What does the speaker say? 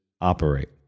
operate